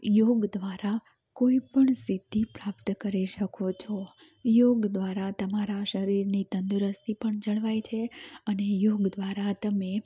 યોગ દ્વારા કોઈપણ સિદ્ધિ પ્રાપ્ત કરી શકો છો યોગ દ્વારા તમારા શરીરની તંદુરસ્તી પણ જળવાય છે અને યોગ્ય દ્વારા તમે